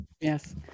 yes